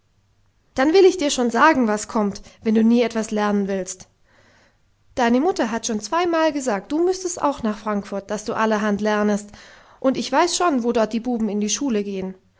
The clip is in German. dann will ich dir schon sagen was kommt wenn du nie etwas lernen willst deine mutter hat schon zweimal gesagt du müssest auch nach frankfurt daß du allerhand lernest und ich weiß schon wo dort die buben in die schule gehen